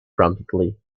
promptly